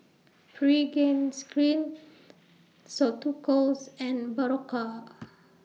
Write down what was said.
Pregain Skin Ceuticals and Berocca